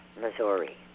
Missouri